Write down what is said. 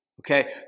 Okay